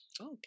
Okay